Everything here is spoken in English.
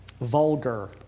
Vulgar